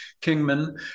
Kingman